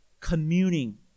communing